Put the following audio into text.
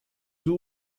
zoo